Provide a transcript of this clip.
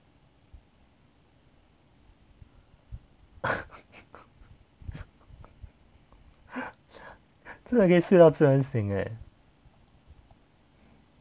这个可以睡到自然醒 eh